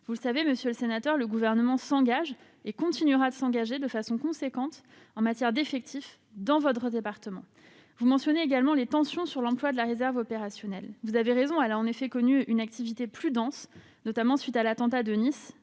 Vous le savez, monsieur le sénateur, le Gouvernement s'engage et continuera de s'engager de façon importante en matière d'effectifs dans votre département. Vous mentionnez également des tensions sur l'emploi de la réserve opérationnelle. Elle a en effet connu une activité plus dense, en particulier à la suite de l'attentat de Nice